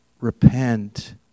repent